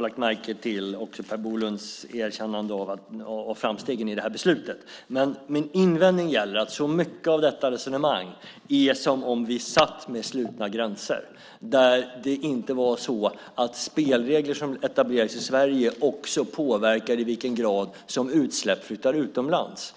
lagt märke till Per Bolunds erkännande av framstegen i beslutet. Min invändning gäller att mycket av detta resonemang går ut på att vi skulle sitta här med slutna gränser, där det inte är så att spelregler etablerade i Sverige också påverkar i vilken grad utsläpp flyttar utomlands.